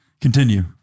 continue